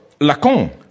Lacan